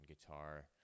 guitar